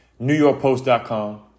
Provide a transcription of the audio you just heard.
NewYorkPost.com